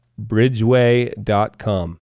bridgeway.com